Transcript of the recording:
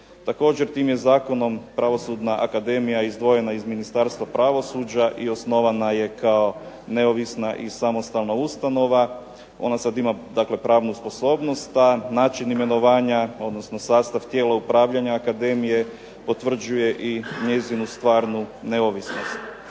Također tim je zakonom Pravosudna akademija izdvojena iz Ministarstva pravosuđa, i osnovana je kao neovisna i samostalna ustanova. Ona sad ima dakle pravnu sposobnost, a način imenovanja, odnosno sastav tijela upravljanja akademije potvrđuje i njezinu stvarnu neovisnost.